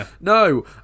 no